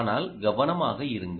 ஆனால் கவனமாக இருங்கள்